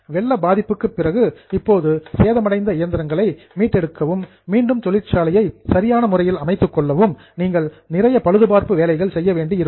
வெள்ள பாதிப்புக்கு பிறகு இப்போது சேதமடைந்த இயந்திரங்களை மீட்டெடுக்கவும் மேலும் தொழிற்சாலையை மீண்டும் சரியான முறையில் அமைத்துக் கொள்ளவும் நீங்கள் நிறைய ரிப்பேர் பழுதுபார்ப்பு வேலைகள் செய்ய வேண்டி இருக்கும்